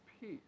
peace